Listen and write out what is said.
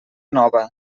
nova